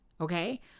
okay